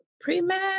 pre-med